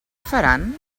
faran